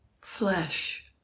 Flesh